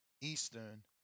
Eastern